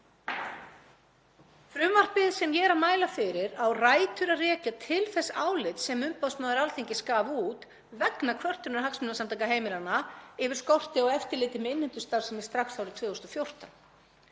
Frumvarpið sem ég er að mæla fyrir á rætur að rekja til þess álits sem umboðsmaður Alþingis gaf út vegna kvörtunar Hagsmunasamtaka heimilanna yfir skorti á eftirliti með innheimtustarfsemi strax árið 2014.